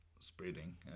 spreading